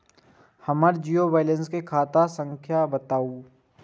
हमर zero balance के खाता संख्या बतबु?